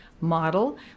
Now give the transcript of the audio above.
Model